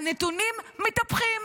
הנתונים מתהפכים,